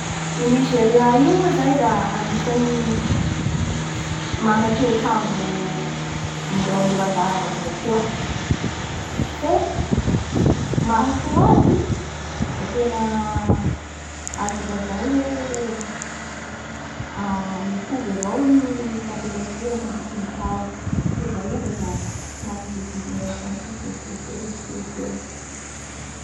i Nigeria io moa zay da anisan'nymana toetrandro moramorandava avao koa fe maha soa azy da tena azo lazay hoe aa mitovy avao ny temperature mandry ny tao tsy miova miova zany manodidinan eo amin'ny veint six degré cericus eo